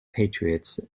patriots